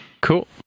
Cool